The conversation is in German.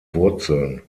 wurzeln